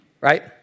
right